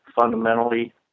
fundamentally